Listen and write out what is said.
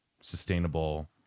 sustainable